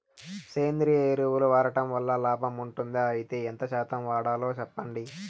సేంద్రియ ఎరువులు వాడడం వల్ల లాభం ఉంటుందా? అయితే ఎంత శాతం వాడాలో చెప్పండి?